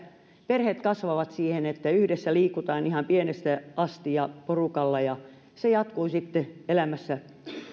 perheet kasvavat siihen että yhdessä liikutaan ihan pienestä asti ja porukalla ja se jatkuu sitten elämässä